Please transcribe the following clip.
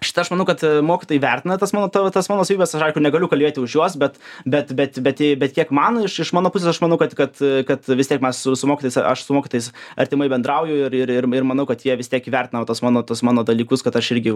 šitą aš manau kad mokytojai įvertina tas mano tavo tas mano savybes aš aišku negaliu kalbėti už juos bet bet bet bet jei bet kiek man iš iš mano pusės aš manau kad kad kad vis tiek mes su su mokytojais aš su mokytojais artimai bendrauju ir ir ir manau kad jie vis tiek įvertina va tuos mano tuos mano dalykus kad aš irgi